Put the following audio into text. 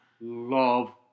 love